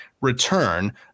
return